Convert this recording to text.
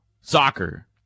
soccer